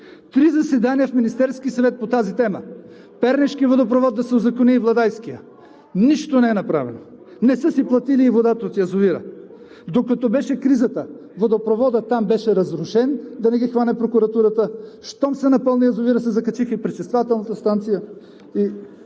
Три заседания в Министерския съвет по тази тема – Пернишкият водопровод да се узакони и Владайският? Нищо не е направено. Не са си платили и водата от язовира. Докато беше кризата, водопроводът там беше разрушен, да не ги хване прокуратурата. Щом се напълни язовирът, се закачиха и пречиствателната станция,